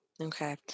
Okay